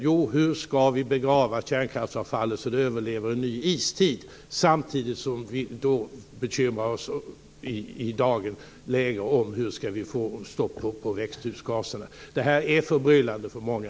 Jo, hur vi ska begrava kärnkraftsavfallet så att det överlever en ny istid. Samtidigt bekymrar vi oss för hur vi ska få stopp på växthusgaserna. Det här är förbryllande för många.